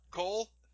cole